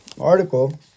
article